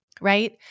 Right